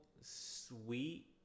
sweet